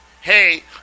Hey